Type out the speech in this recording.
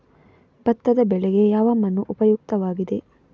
ಭತ್ತದ ಬೆಳೆಗೆ ಯಾವ ಮಣ್ಣು ಉಪಯುಕ್ತವಾಗಿದೆ?